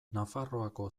nafarroako